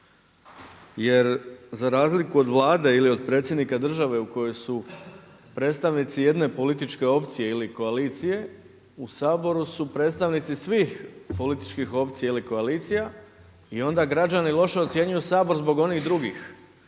Jer za razliku od Vlade ili od predsjednika države u kojoj su predstavnici jedne političke opcije ili koalicije u Saboru su predstavnici svih političkih opcija ili koalicija i onda građani loše ocjenjuju Sabor zbog onih drugih.